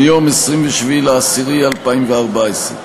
מיום 27 באוקטובר 2014,